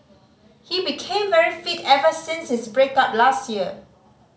he became very fit ever since his break up last year